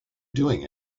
doing